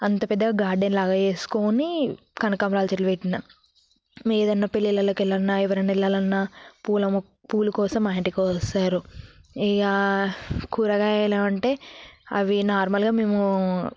అంత పెద్దగా గార్డెన్ లాగా చేసుకొని కనకాంబరాల చెట్లు పెట్టాను ఏదైనా పెళ్ళిళ్ళకి వెళ్ళినా ఎవరైనా వెళ్ళాలన్నా పూల మొ పూల కోసం మా ఇంటికి వస్తారు ఇక కూరగాయలు అంటే అవి నార్మల్గా మేము